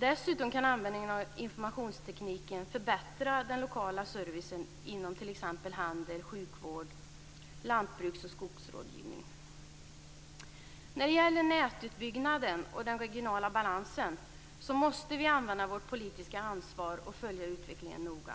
Dessutom kan användningen av informationstekniken förbättra den lokala servicen inom t.ex. handel, sjukvård samt lantbruks och skogsrådgivning. När det gäller nätutbyggnaden och den regionala balansen måste vi använda vårt politiska ansvar och följa utvecklingen noga.